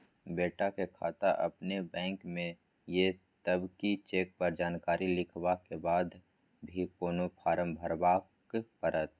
बेटा के खाता अपने बैंक में ये तब की चेक पर जानकारी लिखवा के बाद भी कोनो फारम भरबाक परतै?